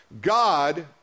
God